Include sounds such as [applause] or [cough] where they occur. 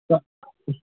[unintelligible]